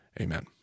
Amen